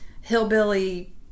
hillbilly